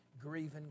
grieving